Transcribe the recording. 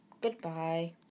Goodbye